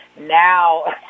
now